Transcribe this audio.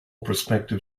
prospective